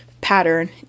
pattern